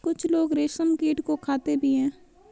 कुछ लोग रेशमकीट को खाते भी हैं